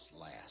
last